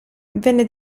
viene